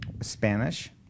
Spanish